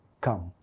come